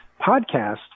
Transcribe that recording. podcast